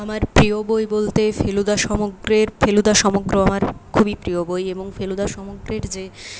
আমার প্রিয় বই বলতে ফেলুদা সমগ্রের ফেলুদা সমগ্র আমার খুবই প্রিয় বই এবং ফেলুদা সমগ্রের যে